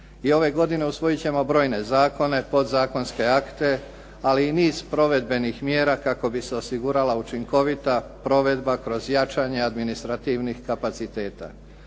I ove godine usvojiti ćemo brojne zakone, podzakonske akte, ali i niz provedbenih mjera kako bi se osigurala učinkovita provedba kroz jačanje administrativnih kapaciteta.